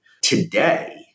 Today